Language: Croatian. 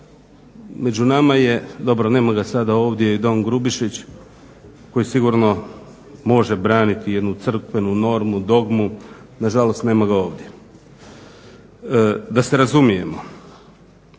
Među nama je, dobro nema ga sada ovdje, i don Grubišić koji sigurno može braniti jednu crkvenu normu, dogmu, nažalost nema ga ovdje. Da se razumijemo,